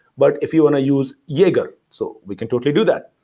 but if you want to use yager, so we can totally do that.